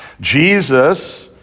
Jesus